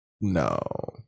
No